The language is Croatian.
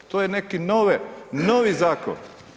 To je neki novi zakon.